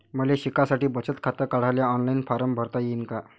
मले शिकासाठी बचत खात काढाले ऑनलाईन फारम भरता येईन का?